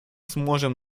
сможем